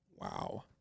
wow